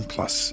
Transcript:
Plus